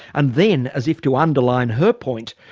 and then, as if to underline her point,